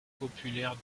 populaires